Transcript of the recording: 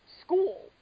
school